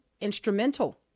instrumental